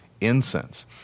incense